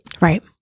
Right